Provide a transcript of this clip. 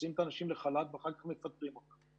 מוציאים את האנשים לחל"ת ואחר כך מפטרים אותם.